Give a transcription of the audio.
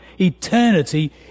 eternity